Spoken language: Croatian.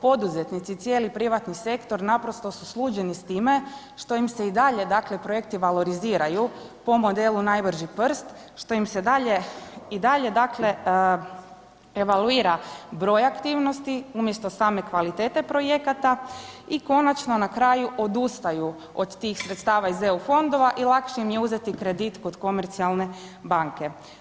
Poduzetnici i cijeli privatni sektor naprosto su sluđeni s time što im se i dalje dakle projekti valoriziraju po modelu najbrži prst, što im se dalje i dalje dakle evaluira broj aktivnosti umjesto same kvalitete projekata i konačno na kraju odustaju od tih sredstava iz EU fondova i lakše im je uzeti kredit kod komercijalne banke.